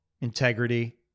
integrity